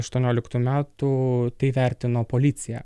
aštuonioliktų metų tai vertino policija